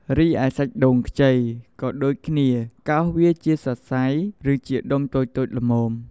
រីឯ សាច់ដូងខ្ចី ក៏ដូចគ្នា កូសវាជាសរសៃ ឬជាដុំតូចៗល្មម។